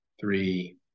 three